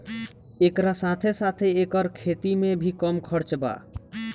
एकरा साथे साथे एकर खेती में भी कम खर्चा बा